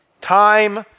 time